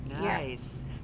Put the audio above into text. Nice